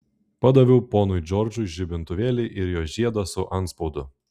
padaviau ponui džordžui žibintuvėlį ir jo žiedą su antspaudu